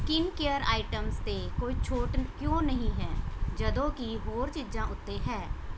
skin care items 'ਤੇ ਕੋਈ ਛੋਟ ਕਿਉਂ ਨਹੀਂ ਹੈ ਜਦੋਂ ਕਿ ਹੋਰ ਚੀਜ਼ਾਂ ਉੱਤੇ ਹੈ